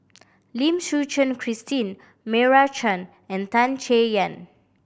Lim Suchen Christine Meira Chand and Tan Chay Yan